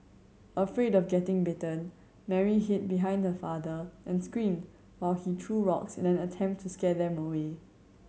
afraid of getting bitten Mary hid behind her father and screamed while he threw rocks in an attempt to scare them away